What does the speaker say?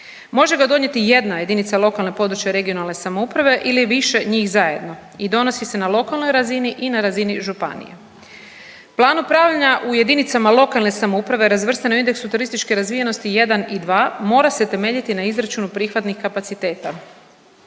Može ga donijeti jedna jedinica lokalne i područne (regionalne) samouprave ili više njih zajedno i donosi se na lokalnoj razini i na razini županija. Plan upravljanja u jedinicama lokalne samouprave razvrstan u indeksu turističke razvijenosti 1 i 2 mora se temeljiti na izračunu prihvatnih kapaciteta.